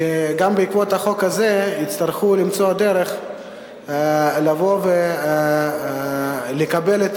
שבעקבות החוק הזה יצטרכו למצוא דרך לבוא ולקבל את